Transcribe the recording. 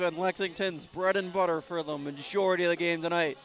been lexington's bread and butter for the majority of the game tonight